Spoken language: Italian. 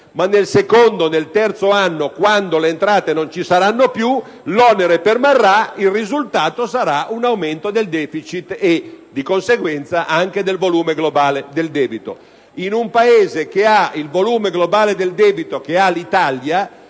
ma nel secondo e nel terzo, quando le entrate non ci saranno più, l'onere permarrà: il risultato sarà un aumento del deficit e, di conseguenza, anche del volume globale del debito. In un Paese con un volume globale del debito come quello dell'Italia,